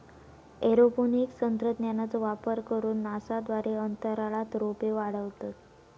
aeroponics तंत्रज्ञानाचो वापर करून नासा द्वारे अंतराळात रोपे वाढवतत